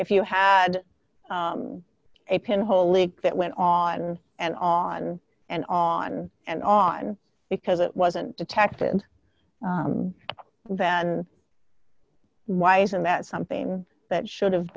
if you have a pinhole leak that went on and on and on and on because it wasn't detected then why isn't that something that should have